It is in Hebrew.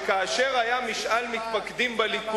ולא רק זה, אלא שכאשר היה משאל מתפקדים בליכוד,